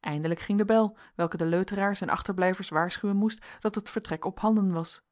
eindelijk ging de bel welke de leuteraars en achterblijvers waarschuwen moest dat het vertrek ophanden was